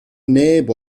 neb